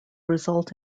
result